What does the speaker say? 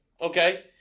okay